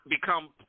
become